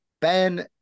Ben